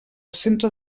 centre